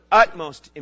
utmost